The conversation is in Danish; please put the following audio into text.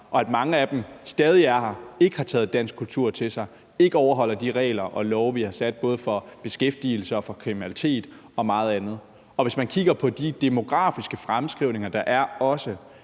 og at mange af dem stadig er her og ikke har taget dansk kultur til sig og ikke overholder de regler og love, vi har fastsat, både hvad angår beskæftigelse og kriminalitet og meget andet. Hvis man kigger på de demografiske fremskrivninger, der er, så